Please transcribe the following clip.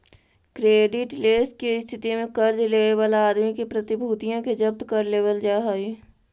creditless के स्थिति में कर्ज लेवे वाला आदमी के प्रतिभूतिया के जब्त कर लेवल जा हई